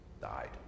died